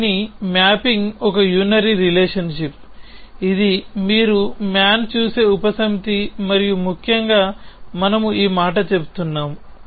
దీని మ్యాపింగ్ ఒక unary relationship ఇది మీరు మ్యాన్ చూసే ఉపసమితి మరియు ముఖ్యంగా మనము ఈ మాట చెబుతున్నాము